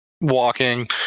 walking